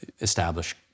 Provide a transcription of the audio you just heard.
establish